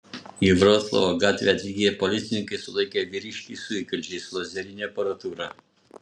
į vroclavo gatvę atvykę policininkai sulaikė vyriškį su įkalčiais lazerine aparatūra